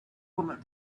woman